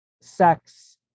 sex